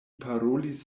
parolis